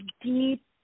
deep